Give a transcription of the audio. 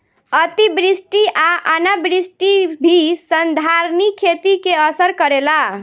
अतिवृष्टि आ अनावृष्टि भी संधारनीय खेती के असर करेला